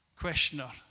questioner